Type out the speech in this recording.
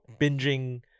binging